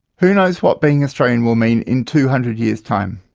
who knows what being australian will mean in two hundred years' time?